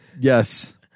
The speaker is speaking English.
Yes